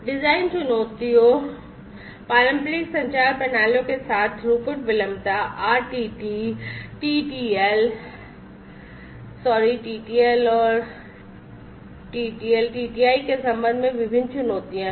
design चुनौतियां पारंपरिक संचार प्रणालियों के साथ थ्रूपुट विलंबता RTT TTL और TTL TTI के संबंध में विभिन्न चुनौतियां हैं